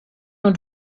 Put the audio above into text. und